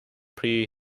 pre